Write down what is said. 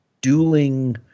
dueling